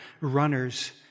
runners